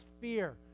fear